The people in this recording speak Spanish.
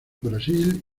brasil